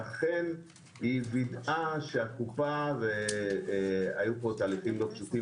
ואכן היא וידאה שהתרופה היו פה תהליכים לא פשוטים